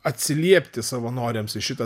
atsiliepti savanoriams į šitą